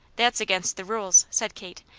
that's against the rules, said kate.